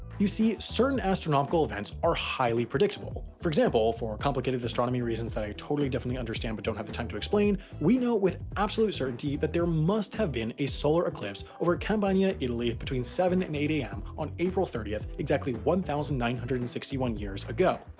you see, certain astronomical events are highly predictable for example, for complicated astronomy reasons that i totally, definitely, understand but just don't have time to explain, we know with absolute certainty that there must have been a solar eclipse over campania, italy, between seven and eight am, on april thirtieth, exactly one thousand thousand nine hundred and sixty one years ago,